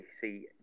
see